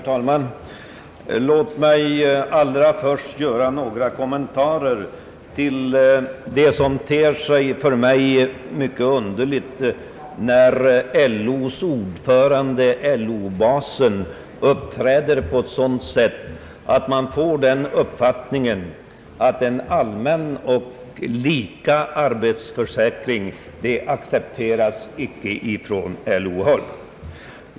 Herr talman! Låt mig allra först göra några kommentarer till en sak som för mig ter sig mycket underlig, nämligen när LO:s ordförande — »LO-basen» — här uppträder på ett sådant sätt att man får den uppfattningen, att en allmän och för alla lika arbetslöshetsförsäkring icke accepteras från LO-håll.